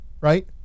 right